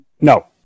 No